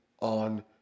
on